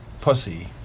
pussy